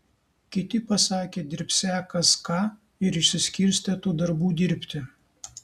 kiti pasakė dirbsią kas ką ir išsiskirstė tų darbų dirbti